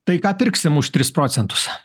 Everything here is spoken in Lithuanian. tai ką pirksim už tris procentus